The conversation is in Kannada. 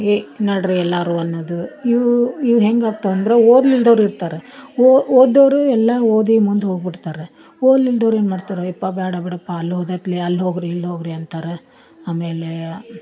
ಏ ನಡ್ರಿ ಎಲ್ಲಾರು ಅನ್ನೋದು ಇವು ಇವು ಹೆಂಗಾಗ್ತವಂದತರ ಓದ್ಲಿಲ್ದವರು ಇರ್ತಾರೆ ಓದ್ದವರು ಎಲ್ಲಾ ಓದಿ ಮುಂದೆ ಹೋಗ್ಬಿಡ್ತಾರೆ ಓದ್ಲಿಲ್ದವರು ಏನು ಮಾಡ್ತಾರೆ ಅಯ್ಯಪ್ಪ ಬ್ಯಾಡ ಬಿಡಪ್ಪಾ ಅಲ್ಲಿ ಹೋದ್ಕೂಡ್ಲೆ ಅಲ್ಲಿ ಹೋಗಿ ರೀ ಇಲ್ಲಿ ಹೋಗಿ ರೀ ಅಂತಾರೆ ಆಮೇಲೆ